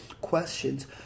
questions